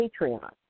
Patreon